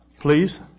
Please